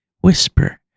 whisper